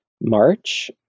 March